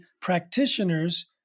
practitioners